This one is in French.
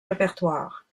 répertoire